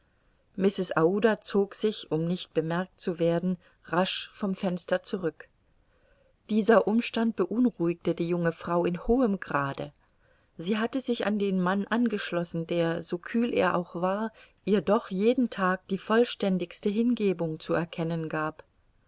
aouda zog sich um nicht bemerkt zu werden rasch vom fenster zurück dieser umstand beunruhigte die junge frau in hohem grade sie hatte sich an den mann angeschlossen der so kühl er auch war ihr doch jeden tag die vollständigste hingebung zu erkennen gab